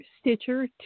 Stitcher